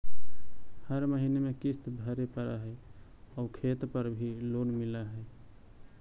हर महीने में किस्त भरेपरहै आउ खेत पर भी लोन मिल है?